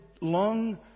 long